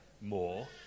more